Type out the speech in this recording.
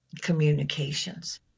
communications